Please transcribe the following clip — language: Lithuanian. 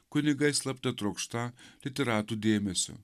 kunigai slapta trokšta literatų dėmesio